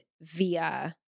via